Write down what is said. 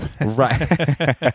Right